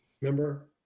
remember